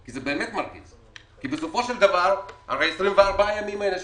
זה באזור ה-600 מיליון שקל.